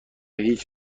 هیچ